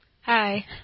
Hi